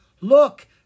Look